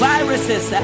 Viruses